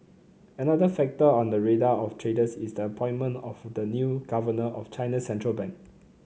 another factor on the radar of traders is the appointment of the new governor of China's central bank